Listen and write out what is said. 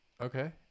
Okay